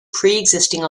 preexisting